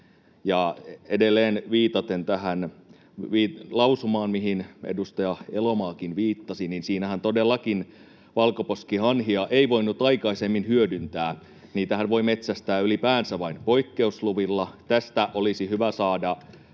edelleen viitaten tähän lausumaan, mihin edustaja Elomaakin viittasi, siinähän valkoposkihanhia ei voinut aikaisemmin hyödyntää. Niitähän voi metsästää ylipäänsä vain poikkeusluvilla. Tästä olisi hyvä saada